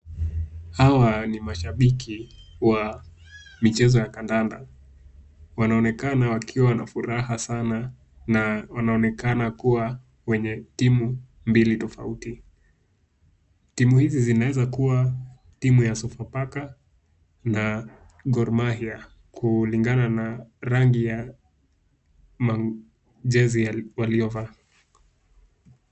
Hawa ni mashabiki wa michezo ya kandanda. Wanaonekana kubwa na furaha sana na wanaonekana kuwa na timu mbili tofauti. Timu hizi zaweza kubwa timu ya Sofapaka na Gormahia, kulingana na rangi ya majezi waliovaa.